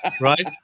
right